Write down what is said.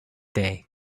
day